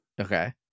Okay